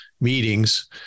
meetings